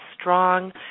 strong